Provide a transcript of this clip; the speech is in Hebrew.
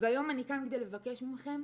והיום אני כאן כדי לבקש מכם,